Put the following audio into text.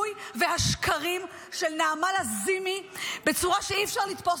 -- והשקרים של נעמה לזימי, בצורה שאי-אפשר לתפוס.